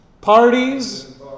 Parties